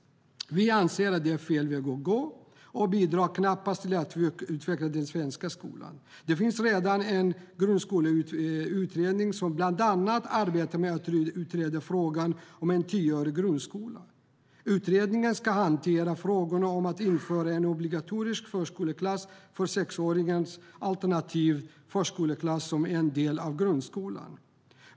Vi anser att det är fel väg att gå och att det knappast bidrar till att utveckla den svenska skolan. Det finns redan en grundskoleutredning som bland annat arbetar med att utreda frågan om en tioårig grundskola. Utredningen ska hantera frågorna om att införa en obligatorisk förskoleklass för sexåringar alternativt förskoleklassen som en del av grundskolan.